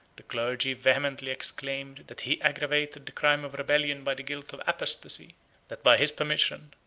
the clergy vehemently exclaimed, that he aggravated the crime of rebellion by the guilt of apostasy that, by his permission,